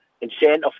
incentive